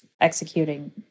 executing